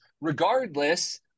regardless